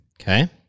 Okay